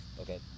Okay